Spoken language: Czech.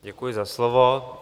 Děkuji za slovo.